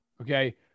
Okay